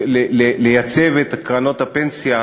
לייצב את קרנות הפנסיה